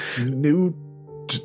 new